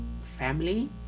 family